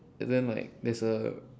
and then like there's a